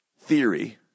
theory